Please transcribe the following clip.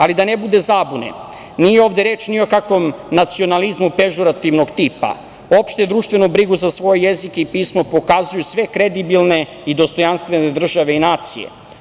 Ali, da ne bude zabune, nije ovde reč ni o kakvom nacionalizmu pežorativnog tipa, opšte društvenu brigu za svoj jezik i pismo pokazuju sve kredibilne i dostojanstvene države i nacije.